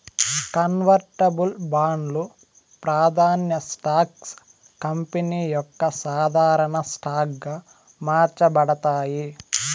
convertible బాండ్లు, ప్రాదాన్య stocks company యొక్క సాధారన స్టాక్ గా మార్చబడతాయి